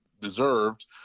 deserved